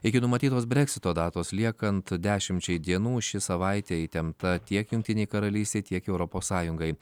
iki numatytos breksito datos liekant dešimčiai dienų ši savaitė įtempta tiek jungtinei karalystei tiek europos sąjungai